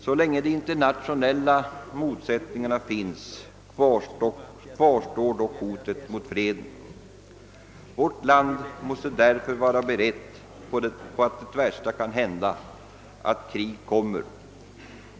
Så länge de internationella motsättningarna finns, kvarstår dock hotet mot freden. Vårt land måste därför vara berett på att det värsta kan hända — att krig kommer.